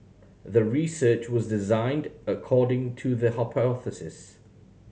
the research was designed according to the hypothesis